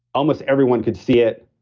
almost everyone could see it,